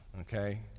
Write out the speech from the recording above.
okay